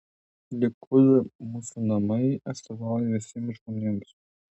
likud mūsų namai atstovauja visiems žmonėms